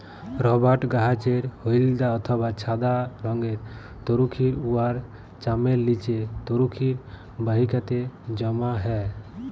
রবাট গাহাচের হইলদ্যা অথবা ছাদা রংয়ের তরুখির উয়ার চামের লিচে তরুখির বাহিকাতে জ্যমা হ্যয়